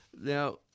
now